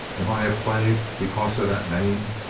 am i a plague because of that name?